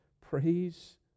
Praise